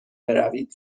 بروید